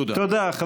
תודה.